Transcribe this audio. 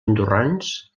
andorrans